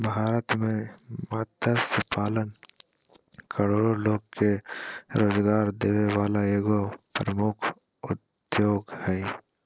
भारत में मत्स्य पालन करोड़ो लोग के रोजगार देबे वला एगो प्रमुख उद्योग हइ